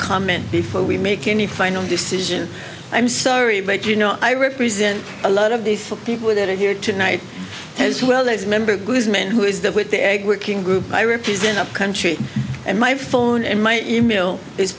comment before we make any final decision i'm sorry but you know i represent a lot of these people that are here tonight as well as members whose man who is that with the egg working group i repeat going up country and my phone and my e mail i